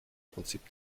prinzip